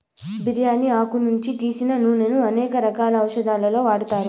బిర్యాని ఆకు నుంచి తీసిన నూనెను అనేక రకాల ఔషదాలలో వాడతారు